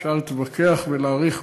אפשר להתווכח ולהעריך,